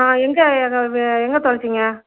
ஆ எங்கே எங்கே தொலைச்சிங்க